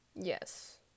yes